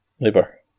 Labour